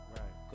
right